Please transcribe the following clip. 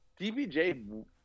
DBJ